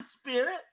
spirit